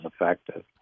effective